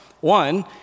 One